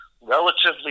Relatively